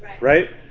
right